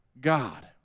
God